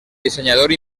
dissenyador